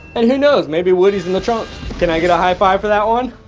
and who knows maybe woody's in the trunk. can i get a high five for that one?